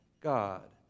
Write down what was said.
God